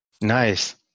Nice